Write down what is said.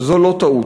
זה לא טעות,